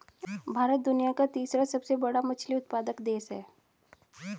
भारत दुनिया का तीसरा सबसे बड़ा मछली उत्पादक देश है